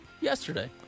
yesterday